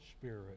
spirit